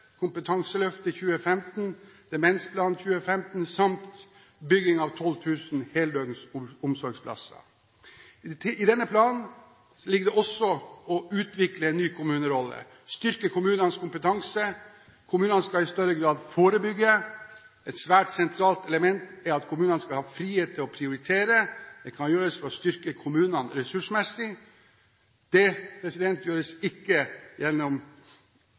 Kompetanseløftet 2015 Demensplan 2015 bygging av 12 000 heldøgns omsorgsplasser I denne planen ligger det også å utvikle en ny kommunerolle, styrke kommunenes kompetanse, og kommunene skal i større grad forebygge. Et svært sentralt element er at kommunene skal ha frihet til å prioritere. Det kan gjøres ved å styrke kommunene ressursmessig. Det gjøres ikke gjennom